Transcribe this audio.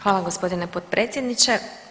Hvala gospodine potpredsjedniče.